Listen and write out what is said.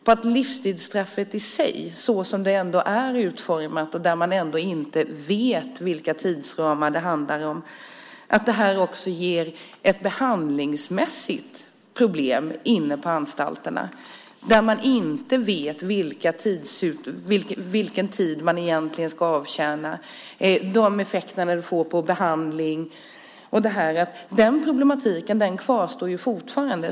Det handlar om att man inte vet vilka tidsramar som gäller i fråga om livstidsstraffet såsom det är utformat. När man inte vet vilken tid som ska avtjänas blir det också problem när det gäller behandling inne på anstalterna. Den problematiken kvarstår fortfarande.